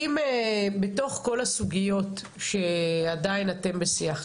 אם בתוך כל הסוגיות שעדיין אתם בשיח,